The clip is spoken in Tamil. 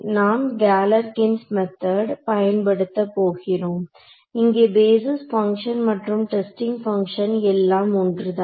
நாம் கேலர்கின்ஸ் மெத்தெட் Galerkin's method பயன்படுத்த போகிறோம் இங்கே பேஸிஸ் பங்ஷன் மற்றும் டெஸ்டிங் பங்ஷன் எல்லாம் ஒன்றுதான்